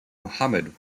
muhammad